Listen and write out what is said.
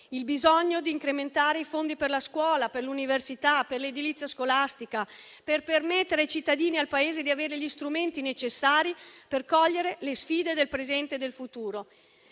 al bisogno di incrementare i fondi per la scuola, per l'università, per l'edilizia scolastica, per permettere ai cittadini e al Paese di avere gli strumenti necessari per cogliere le sfide del presente e del futuro.